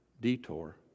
detour